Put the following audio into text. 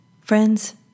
Friends